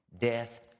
death